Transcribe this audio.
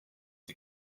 the